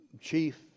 chief